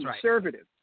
conservative